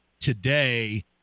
today